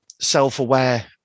self-aware